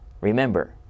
remember